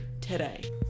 today